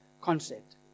concept